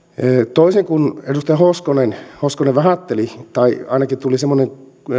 toisin kuin edustaja hoskonen hoskonen vähätteli tai ainakin tuli semmoinen